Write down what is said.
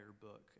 book